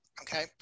okay